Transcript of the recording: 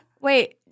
Wait